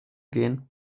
gehen